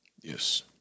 Yes